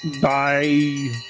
Bye